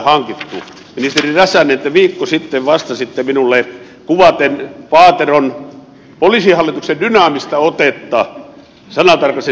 ministeri räsänen te viikko sitten vastasitte minulle kuvaten paateron poliisihallituksen dynaamista otetta sanatarkasti seuraavasti